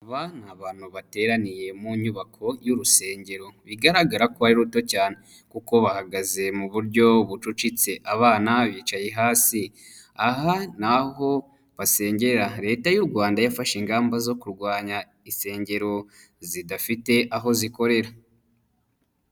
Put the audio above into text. Aba ni abantu bateraniye mu nyubako y'urusengero, bigaragara ko ari ruto cyane kuko bahagaze mu buryo bucucitse, abana bicaye hasi, aha ni aho basengera, leta y'u Rwanda yafashe ingamba zo kurwanya, insengero zidafite aho zikorera.